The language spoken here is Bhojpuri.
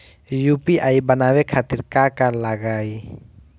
यू.पी.आई बनावे खातिर का का लगाई?